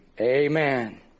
Amen